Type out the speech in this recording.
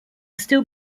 still